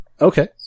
Okay